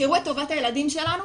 שייראו את טובת הילדים שלנו